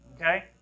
Okay